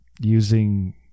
using